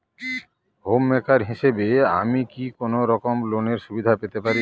Home maker হিসেবে কি আমি কোনো রকম লোনের সুবিধা পেতে পারি?